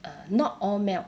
uh not all melt